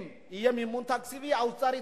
אם יהיה מימון תקציבי, האוצר יתנגד,